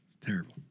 Terrible